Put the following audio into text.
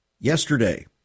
yesterday